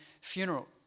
funeral